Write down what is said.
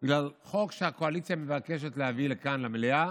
בגלל חוק שהקואליציה מבקשת להביא לכאן למליאה.